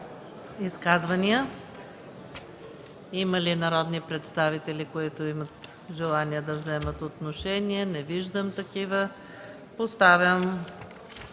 Изказвания? Има ли народни представители, които имат желание да вземат отношение? Не виждам такива. Поставям